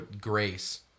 grace